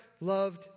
loved